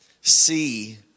See